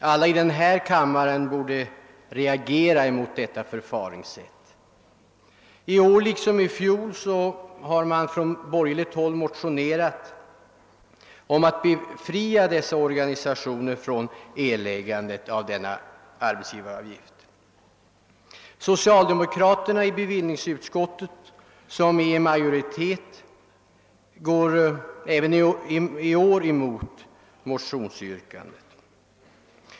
Alla i denna kammare borde reagera mot detta förfaringssätt. I år liksom i fjol har man från borgerligt håll motionerat om befrielse för dessa organisationer från erläggandet av denna arbetsgivaravgift. Socialdemokraterna i bevillningsutskottet, som är i majoritet, går även i år emot motionsyrkandet.